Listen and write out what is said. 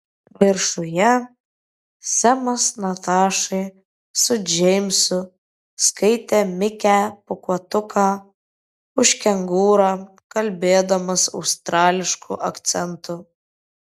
viršuje semas natašai su džeimsu skaitė mikę pūkuotuką už kengūrą kalbėdamas australišku akcentu